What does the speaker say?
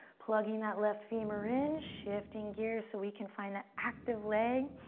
plugging that left femur in. shifting gears so we can find that active leg.